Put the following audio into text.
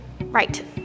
Right